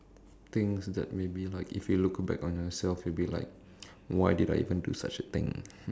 things that maybe like if you look back on yourself you'll be like why did I even do such a thing